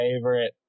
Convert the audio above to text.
favorite